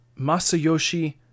Masayoshi